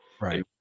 Right